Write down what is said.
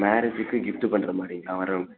மேரேஜிக்கு gift பண்ணுற மாதிரிங்களா வர்றவங்களுக்கு